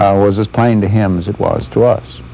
was as plain to him as it was to us.